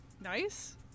nice